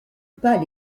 pas